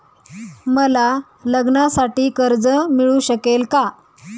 मला लग्नासाठी कर्ज मिळू शकेल का?